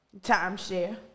Timeshare